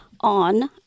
on